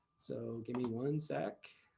so give me one sec.